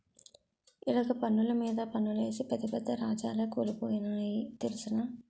ఇలగ పన్నులు మీద పన్నులేసి పెద్ద పెద్ద రాజాలే కూలిపోనాయి తెలుసునా